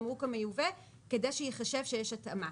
התמרוק המיובא כדי שייחשב שיש התאמה.